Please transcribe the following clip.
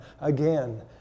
again